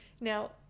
Now